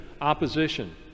opposition